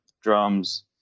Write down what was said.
drums